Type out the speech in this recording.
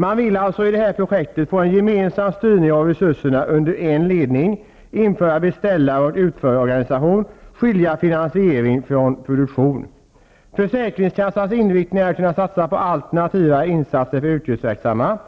Man vill vidare i detta projekt få en gemensam styrning av resurserna under en ledning, införa en beställaroch utförarorganisation samt skilja finansiering från produktion. Försäkringskassans inriktning är att kunna göra alternativa satsningar bland de yrkesverksamma